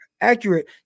accurate